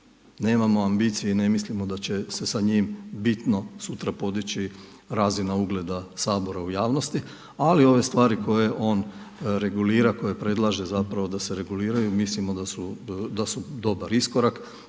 nemamo ambicije i ne mislimo da će se sa njim bitno sutra podići razina ugleda Sabora u javnosti, ali ove stvari koje on regulira, koje predlaže da se reguliraju, mislimo da su dobar iskorak